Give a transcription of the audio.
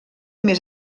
més